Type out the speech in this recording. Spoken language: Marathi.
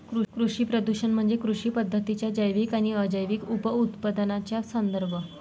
कृषी प्रदूषण म्हणजे कृषी पद्धतींच्या जैविक आणि अजैविक उपउत्पादनांचा संदर्भ